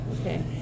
okay